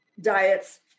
diets